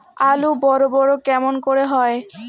আলু বড় বড় কেমন করে হয়?